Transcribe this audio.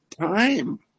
time